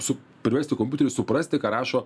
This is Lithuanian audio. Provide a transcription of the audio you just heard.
su priversti kompiuterius suprasti ką rašo